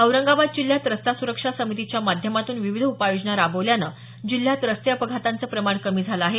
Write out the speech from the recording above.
औरंगाबाद जिल्ह्यात रस्ता सुरक्षा समितीच्या माध्यमातून विविध उपाययोजना राबवल्यानं जिल्ह्यात रस्ते अपघातांचं प्रमाण कमी झालं आहे